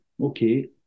Okay